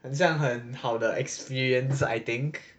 很像很好的 experience I think